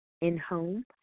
in-home